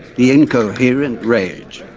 the incoherent rage.